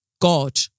God